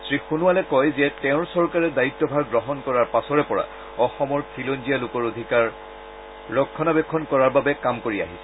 শ্ৰীসোণোৱালে কয় যে তেওঁৰ চৰকাৰে দায়িত্বভাৰ গ্ৰহণ কৰাৰ পাচৰে পৰা অসমৰ খিলঞ্জীয়ালোকৰ অধিকাৰ ৰক্ষণাবেক্ষণ কৰাৰ বাবে কাম কৰি আছে